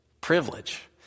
privilege